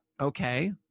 okay